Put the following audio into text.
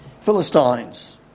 Philistines